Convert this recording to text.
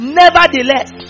nevertheless